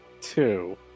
Two